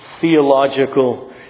theological